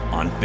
on